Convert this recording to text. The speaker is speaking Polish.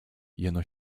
jeno